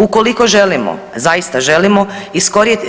Ukoliko želimo, a zaista želimo